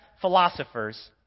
philosophers